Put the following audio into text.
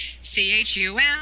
C-H-U-M